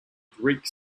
greek